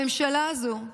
הממשלה הזאת,